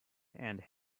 and